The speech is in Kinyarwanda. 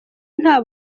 nta